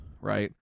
Right